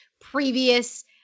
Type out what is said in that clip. previous